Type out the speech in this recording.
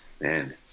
man